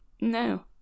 No